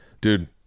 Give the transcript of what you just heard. dude